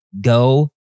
Go